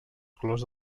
colors